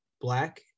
black